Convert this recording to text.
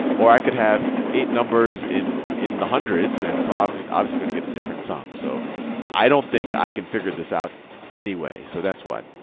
or i could have eight numbers in in the hundreds, and so obviously, you're going to get a different sum. so i don't think i can figure this out anyway. so that's what?